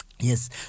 Yes